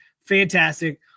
Fantastic